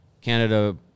Canada